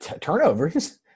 turnovers